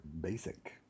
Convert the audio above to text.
basic